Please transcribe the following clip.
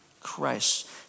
Christ